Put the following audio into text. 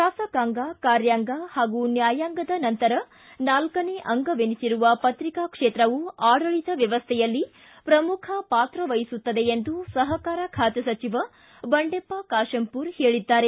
ಶಾಸಕಾಂಗ ಕಾರ್ಯಾಂಗ ಮತ್ತು ನ್ನಾಯಾಂಗದ ನಂತರ ನಾಲ್ಲನೇ ಅಂಗವೆನಿಸಿರುವ ಪತ್ರಿಕಾ ಕ್ಷೇತ್ರವು ಆಡಳಿತ ವ್ಯವಸ್ಥೆಯಲ್ಲಿ ಪ್ರಮುಖ ಪಾತ್ರ ವಹಿಸುತ್ತದೆ ಎಂದು ಸಹಕಾರ ಖಾತೆ ಸಚಿವ ಬಂಡೆಪ್ಪ ಖಾತೆಂಪೂರ ಹೇಳಿದ್ದಾರೆ